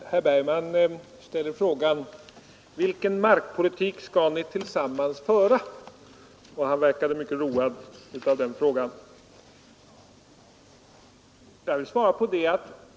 Fru talman! Herr Bergman ställde frågan: Vilken markpolitik skall ni borgerliga tillsammans föra? Han verkade mycket road av den frågan.